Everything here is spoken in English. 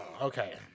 Okay